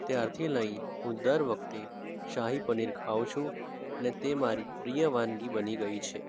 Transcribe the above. ત્યારથી લઈ હું દર વખતે શાહી પનીર ખાઉં છું અને તે મારી પ્રિય વાનગી બની ગઇ છે